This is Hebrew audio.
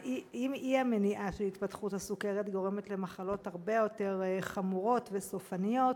האי-מניעה של התפתחות הסוכרת גורמת למחלות הרבה יותר חמורות וסופניות.